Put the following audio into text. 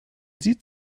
sieht